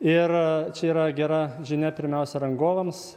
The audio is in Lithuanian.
ir čia yra gera žinia pirmiausia rangovams